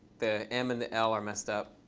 the m and the l are messed up.